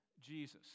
Jesus